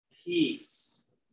peace